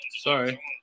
Sorry